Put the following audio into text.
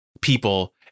people